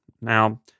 Now